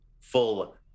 full